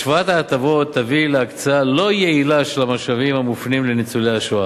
השוואת ההטבות תביא להקצאה לא יעילה של המשאבים המופנים לניצולי השואה.